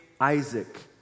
Isaac